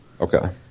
Okay